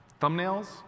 thumbnails